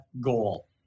goal